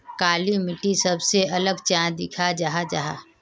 काली मिट्टी सबसे अलग चाँ दिखा जाहा जाहा?